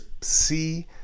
see